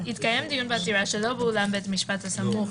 התקיים דיון בעתירה שלא באולם בית משפט הסמוך